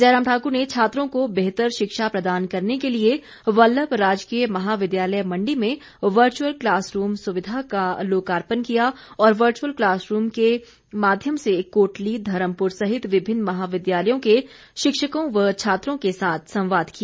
जयराम ठाकुर ने छात्रों को बेहतर शिक्षा प्रदान करने के लिए वल्लभ राजकीय महाविद्यालय मंडी में वर्चुअल क्लास रूम सुविधा का लोकार्पण किया और वर्चुअल क्लास रूम के माध्यम से कोटली धर्मपुर सहित विभिन्न महाविद्यालयों के शिक्षकों व छात्रों के साथ संवाद किया